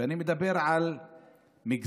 ואני מדבר על מגזרים